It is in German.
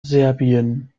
serbien